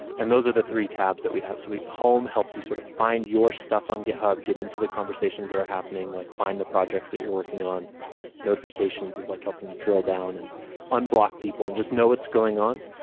and those are the three tabs that we have. so home helps you sort of find your stuff on github get into the conversations that are happening, like find the projects that you're working. notifications is like helping you drill down and unblock people and just know it's going on.